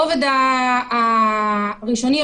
הרובד הראשוני,